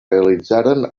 realitzaren